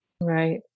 Right